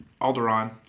Alderaan